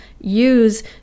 use